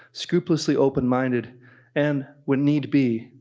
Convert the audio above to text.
scrupulously open-minded and, when need be,